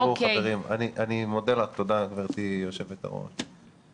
אני מודה לך, גברתי יושבת הראש.